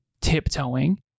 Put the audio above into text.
tiptoeing